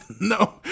no